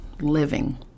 living